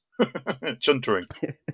chuntering